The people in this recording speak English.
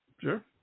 sure